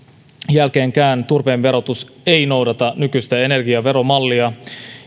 jälkeenkään turpeen verotus ei noudata nykyistä energiaveromallia